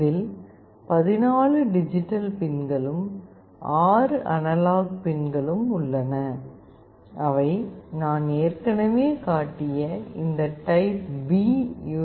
இதில் 14 டிஜிட்டல் பின்களும் 6 அனலாக் பின்களும் உள்ளன அவை நான் ஏற்கனவே காட்டிய இந்த டைப் பி யூ